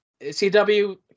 CW